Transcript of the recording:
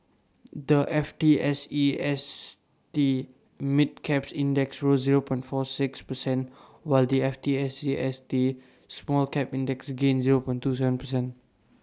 the FTSE St mid cap index rose forty six percentage while the FTSE St small cap index gained twenty Seven percentage